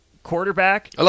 Quarterback